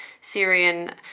Syrian